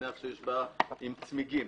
שיש בעיה עם צמיגים,